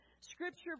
scripture